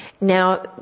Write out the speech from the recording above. Now